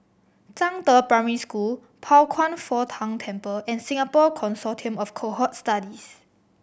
Zhangde Primary School Pao Kwan Foh Tang Temple and Singapore Consortium of Cohort Studies